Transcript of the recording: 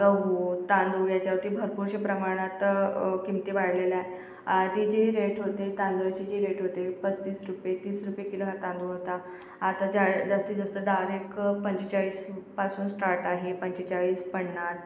गहू तांदूळ याच्यावरती भरपूरशे प्रमाणात किमती वाढलेल्या आहे आधी जे रेट होते तांदूळचे जे रेट होते पस्तीस रुपये तीस रुपये किलो हा तांदूळ होता आता जे आहे जास्तीत जास्त डाळ एक पंचेचाळीसपासून स्टार्ट आहे पंचेचाळीस पन्नास